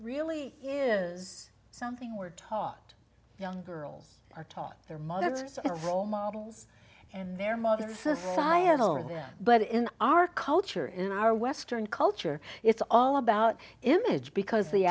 really is something we're taught young girls are taught their mothers are role models and their mother societal over there but in our culture in our western culture it's all about image because the